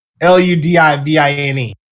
l-u-d-i-v-i-n-e